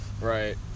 Right